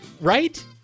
Right